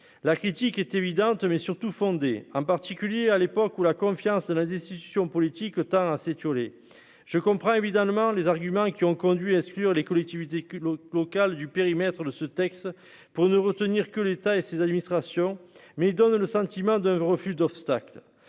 la critique est évidente, mais surtout fondée en particulier à l'époque où la confiance, la décision politique autant à s'étioler je comprends évidemment les arguments qui ont conduit et sur les collectivités culotte local du périmètre de ce texte pour ne retenir que l'État et ses administrations, mais il donne le sentiment d'un refus d'obstacle